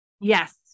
yes